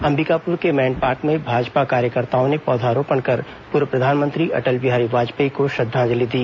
अंबिकापुर के मैनपाट में भाजपा कार्यकर्ताओं ने पौधारोपण कर पूर्व प्रधानमंत्री अटल बिहारी वाजपेयी को श्रद्धांजलि दी